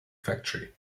factory